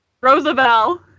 Roosevelt